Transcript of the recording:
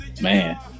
Man